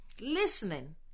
listening